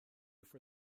for